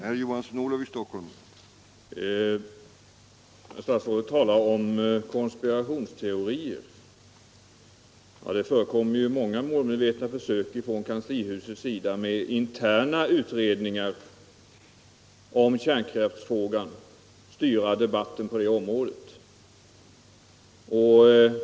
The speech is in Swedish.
Herr talman! Herr statsrådet talar om konspirationsteorier. Ja, det förekommer många målmedvetna försök från kanslihusets sida att med interna utredningar om kärnkraftsfrågan styra debatten på det området.